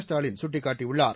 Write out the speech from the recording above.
ஸ்டாலின் சுட்டிக்காட்டியுள்ளார்